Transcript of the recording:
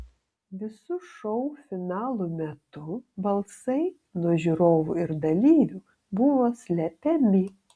visų šou finalų metu balsai nuo žiūrovų ir dalyvių buvo slepiami